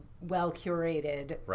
well-curated